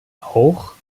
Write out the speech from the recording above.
auch